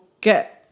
get